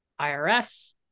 IRS